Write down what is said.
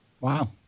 Wow